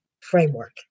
framework